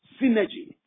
Synergy